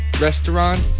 restaurant